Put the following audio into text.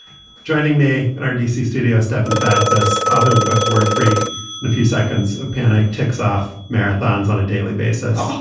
joining me in our d c. studio, stefan fatsis, author of the books word freak and a few seconds of panic ticks off marathons on a daily basis,